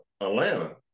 Atlanta